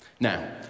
Now